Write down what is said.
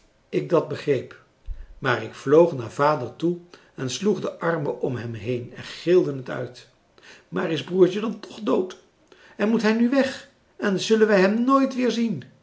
ik dat begreep maar ik vloog naar vader toe en sloeg de armen om hem heen en gilde het uit maar is broertje dan tch dood en moet hij nu weg en zullen wij hem nooit